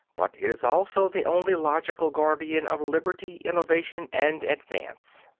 but is also the only logical guardian of liberty, innovation and advance.